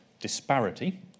disparity